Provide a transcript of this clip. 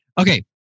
Okay